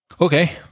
Okay